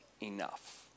enough